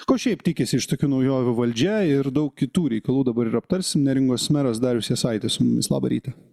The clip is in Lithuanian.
ko šiaip tikisi iš tokių naujovių valdžia ir daug kitų reikalų dabar ir aptarsim neringos meras darius jasaitis su mums labą rytą